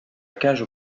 cage